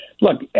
look